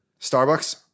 Starbucks